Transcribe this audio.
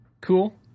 Cool